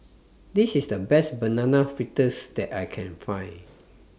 This IS The Best Banana Fritters that I Can Find